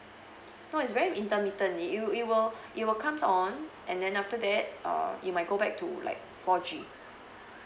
no is very intermittent i~ it will it will comes on and then after that err it might go back to like four G